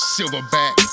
Silverback